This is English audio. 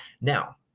Now